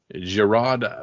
Gerard